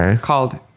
called